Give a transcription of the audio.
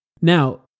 Now